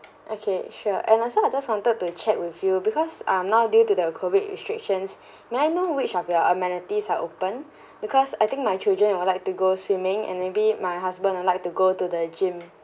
okay sure and also I just wanted to check with you because ah now due to the COVID restrictions may I know which of your amenities are open because I think my children would like to go swimming and maybe my husband would like to go to the gym